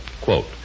Quote